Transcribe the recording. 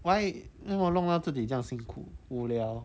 why 为什么弄到自己这样辛苦无聊